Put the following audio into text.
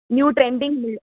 new trending heel